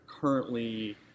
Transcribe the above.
currently